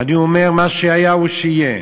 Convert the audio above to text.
ואני אומר, מה שהיה הוא שיהיה,